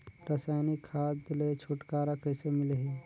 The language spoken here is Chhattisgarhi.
रसायनिक खाद ले छुटकारा कइसे मिलही?